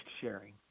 sharing